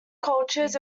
cultures